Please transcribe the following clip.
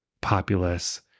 populace